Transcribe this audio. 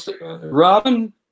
Robin